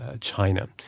China